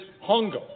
Hunger